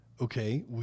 okay